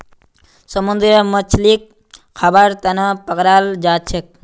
समुंदरी मछलीक खाबार तनौ पकड़ाल जाछेक